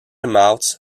mouth